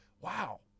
wow